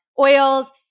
oils